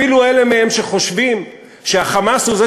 אפילו אלה מהם שחושבים שה"חמאס" הוא זה